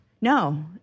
No